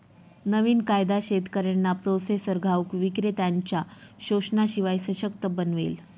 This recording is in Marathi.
नवीन कायदा शेतकऱ्यांना प्रोसेसर घाऊक विक्रेत्त्यांनच्या शोषणाशिवाय सशक्त बनवेल